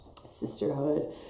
sisterhood